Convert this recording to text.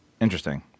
Interesting